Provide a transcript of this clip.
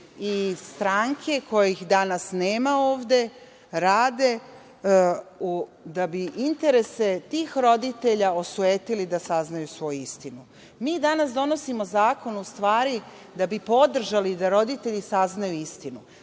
i stranke kojih danas nema ovde rade da bi interese tih roditelja osujetili da saznaju svoju istinu. Mi danas donosimo zakon da bi podržali da roditelji saznaju istinu.